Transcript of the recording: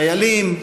חיילים,